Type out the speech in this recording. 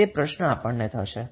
તે પ્રશ્ન આપણને થશે